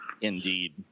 indeed